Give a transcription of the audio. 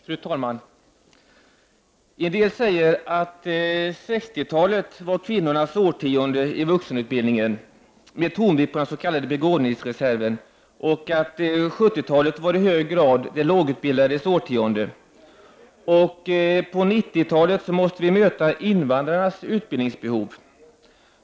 Fru talman! En del säger att 60-talet var kvinnornas årtionde i vuxenutbildningen, med tonvikt på den s.k. begåvningsreserven, och att 70-talet i hög grad var de lågutbildades årtionde. Under 90-talet måste vi möta invandrarnas utbildningsbehov.